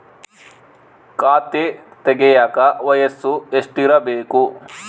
ಖಾತೆ ತೆಗೆಯಕ ವಯಸ್ಸು ಎಷ್ಟಿರಬೇಕು?